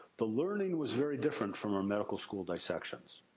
the learning was very different from our medical school dissections.